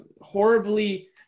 horribly